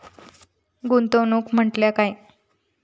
गुंतवणूक म्हटल्या काय?